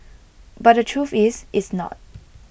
but the truth is it's not